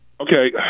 Okay